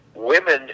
Women